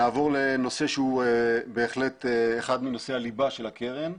נעבור לנושא שהוא בהחלט אחד מנושאי הליבה של הקרן,